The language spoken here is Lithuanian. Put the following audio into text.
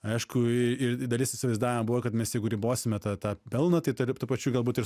aišku dalis įsivaizdavimo buvo kad mes jeigu ribosime tą tą pelną tai tarp tų pačių galbūt ir